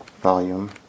volume